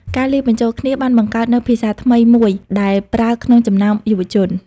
ការលាយបញ្ចូលគ្នាបានបង្កើតនូវ "ភាសាថ្មី" មួយដែលប្រើក្នុងចំណោមយុវជន។